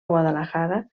guadalajara